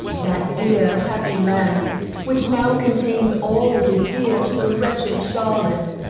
that dear, happy land which now contains all that is dear to the wretched charlotte,